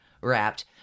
wrapped